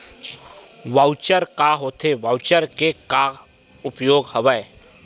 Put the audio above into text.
Voucher का होथे voucher के का उपयोग हवय?